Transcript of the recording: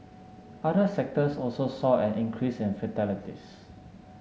other sectors also saw an increase in fatalities